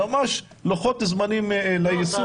אלא לוחות זמנים ליישום.